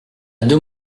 deux